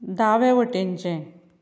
दावे वटेनचें